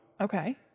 Okay